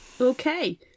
Okay